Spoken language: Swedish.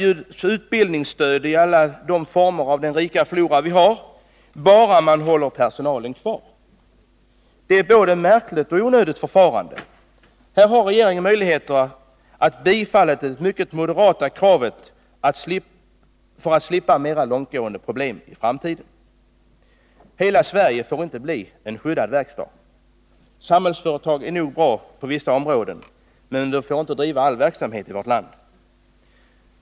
Utbildningsstöd erbjuds i alla former med den rika flora som vi har — bara man behåller personalen. Detta är ett både märkligt och onödigt förfarande. Här har regeringen möjligheter att bifalla ett mycket moderat krav för att slippa mera långtgående problem i framtiden. Hela Sverige får inte bli en skyddad verkstad. Samhällsföretag är nog bra på vissa områden, men de får inte driva all verksamhet i vårt land.